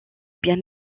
bien